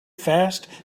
fast